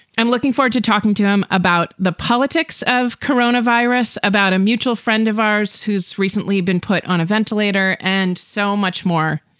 i'm looking forward to talking to him about the politics of corona virus, about a mutual friend of ours who's recently been put on a ventilator and so much more.